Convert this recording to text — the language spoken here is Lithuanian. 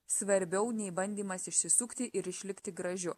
svarbiau nei bandymas išsisukti ir išlikti gražiu